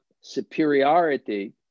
superiority